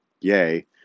Yay